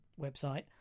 website